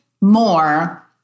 more